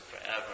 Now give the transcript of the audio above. forever